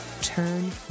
Turn